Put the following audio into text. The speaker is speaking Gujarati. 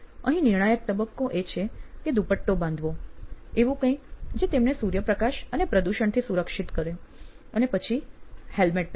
અહીં નિર્ણાયક તબક્કો એ છે કે દુપટ્ટો બાંધવો એવું કંઈક જે તેમને સૂર્યપ્રકાશ અને પ્રદૂષણથી સુરક્ષિત કરે અને પછી હેલ્મેટ પહેરે